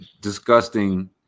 disgusting